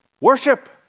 worship